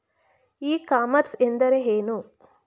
E commerce ಎಂದರೆ ಏನು?